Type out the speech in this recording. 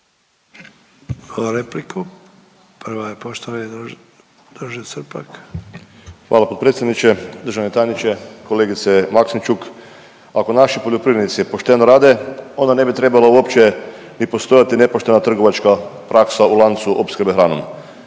**Srpak, Dražen (HDZ)** Hvala potpredsjedniče, državni tajniče, kolegice Maksimčuk. Ako naši poljoprivrednici pošteno rade, onda ne bi trebalo uopće ni postojati nepoštena trgovačka praksa u lancu opskrbe hranom.